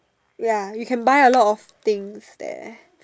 ya you can buy a lot of things there